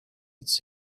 its